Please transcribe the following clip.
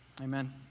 Amen